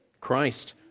Christ